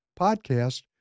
podcast